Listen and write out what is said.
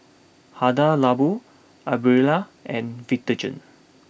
Hada Labo Aprilia and Vitagen